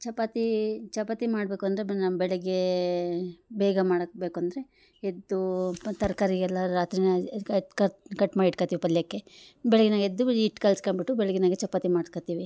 ಚಪಾತಿ ಚಪಾತಿ ಮಾಡಬೇಕು ಅಂದರೆ ನಮ್ಮ ಬೆಳಗ್ಗೇ ಬೇಗ ಮಾಡಬೇಕಂದ್ರೆ ಎದ್ದು ತರಕಾರಿಯೆಲ್ಲ ರಾತ್ರಿ ಕಟ್ ಕಟ್ ಕಟ್ಮಾಡಿ ಇಟ್ಟುಕೊಳ್ತಿವಿ ಪಲ್ಯಕ್ಕೆ ಬೆಳಗ್ಗೆ ಎದ್ದು ಹಿಟ್ಟು ಕಲಸ್ಕೊಂಡು ಬಿಟ್ಟು ಬೆಳಗ್ಗೆನಾಗೆ ಚಪಾತಿ ಮಾಡ್ಕೋತೀವಿ